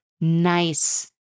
nice